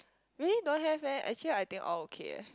really don't have leh actually I think all okay